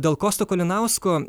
dėl kosto kalinausko